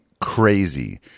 crazy